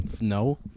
No